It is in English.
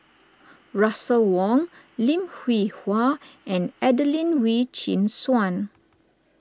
Russel Wong Lim Hwee Hua and Adelene Wee Chin Suan